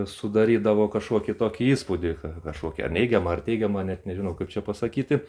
sudarydavo kažkokį tokį įspūdį ka kažkokią neigiamą ar teigiamą net nežinau kaip čia pasakyti